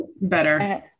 better